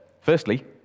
firstly